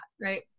right